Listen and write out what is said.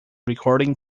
recording